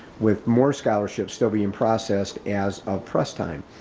with more scholarships still being processed as of press time.